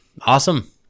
Awesome